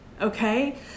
okay